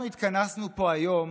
אנחנו התכנסנו פה היום